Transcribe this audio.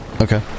okay